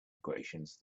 equations